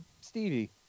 Stevie